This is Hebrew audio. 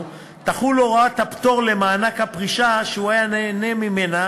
תחול הוראת הפטור למענק הפרישה שהוא היה נהנה ממנה